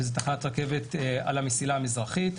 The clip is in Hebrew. שזו תחנת רכבת על המסילה המזרחית.